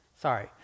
Sorry